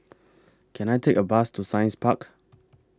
Can I Take A Bus to Science Park